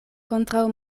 kontraŭ